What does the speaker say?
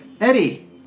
Eddie